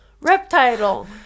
reptile